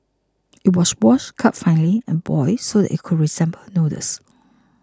it was washed cut finely and boiled so that it resembled noodles